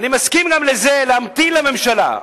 אני מסכים גם לזה, להמתין לממשלה.